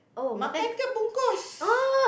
makan